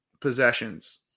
possessions